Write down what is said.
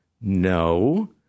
No